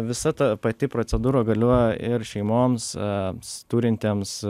visa ta pati procedūra galioja ir šeimoms turintiems